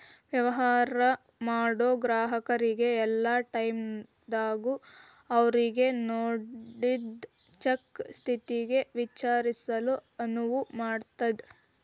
ವ್ಯವಹಾರ ಮಾಡೋ ಗ್ರಾಹಕರಿಗೆ ಯಲ್ಲಾ ಟೈಮದಾಗೂ ಅವ್ರಿಗೆ ನೇಡಿದ್ ಚೆಕ್ ಸ್ಥಿತಿನ ವಿಚಾರಿಸಲು ಅನುವು ಮಾಡ್ತದ್